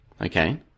okay